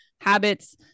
habits